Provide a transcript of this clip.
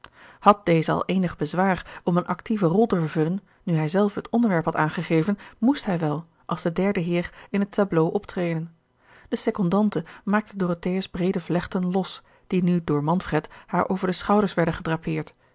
had deze al eenig bezwaar om een active rol te vervullen nu hij zelf het onderwerp had aangegeven moest hij wel als de derde heer in het tableau optreden de secondante maakte dorothea's breede vlechten los die nu door manfred haar over de schouders werden gedrapeerd